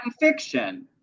fiction